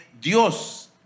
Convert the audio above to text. Dios